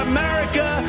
America